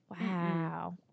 Wow